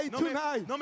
tonight